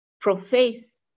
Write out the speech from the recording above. profess